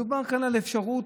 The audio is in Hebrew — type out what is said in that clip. מדובר כאן על אפשרות,